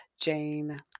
jane